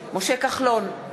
משה כחלון,